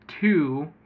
two